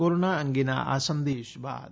corona અંગેના આ સંદેશ બાદ